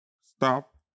stop